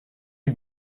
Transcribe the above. die